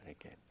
again